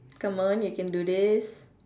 come on you can do this